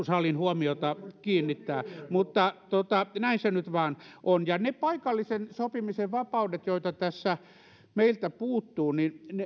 salin huomiota kiinnittää mutta näin se nyt vain on ne paikallisen sopimisen vapaudet joita tässä meiltä puuttuu